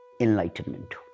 enlightenment